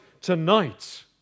tonight